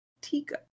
Tika